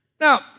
Now